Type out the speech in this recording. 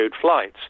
flights